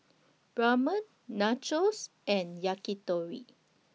Ramen Nachos and Yakitori